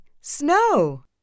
snow